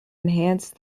enhance